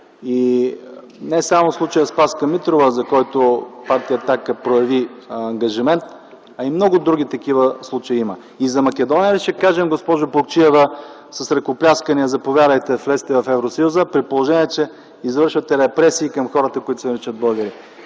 Не само случаят Спаска Митрова, за който партия „Атака” прояви ангажимент, а и много други такива случаи има. И за Македония ли ще кажем, госпожо Плугчиева, с ръкопляскания „Заповядайте, влезте в Евросъюза”, при положение че извършвате репресии към хората, които се наричат българи?